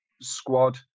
squad